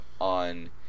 on